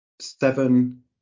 seven